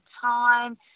time